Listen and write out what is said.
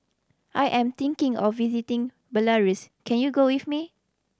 I am thinking of visiting Belarus can you go with me